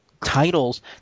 titles